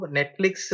Netflix